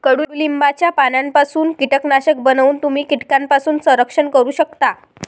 कडुलिंबाच्या पानांपासून कीटकनाशक बनवून तुम्ही कीटकांपासून संरक्षण करू शकता